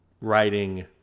writing